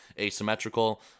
asymmetrical